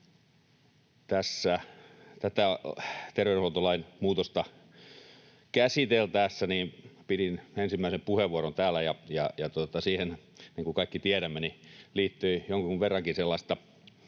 tätä terveydenhuoltolain muutosta käsiteltäessä pidin ensimmäisen puheenvuoron täällä, ja siihen, niin kuin kaikki tiedämme, liittyi jonkun verrankin